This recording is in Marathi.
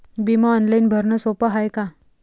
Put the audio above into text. बिमा ऑनलाईन भरनं सोप हाय का?